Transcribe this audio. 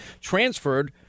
transferred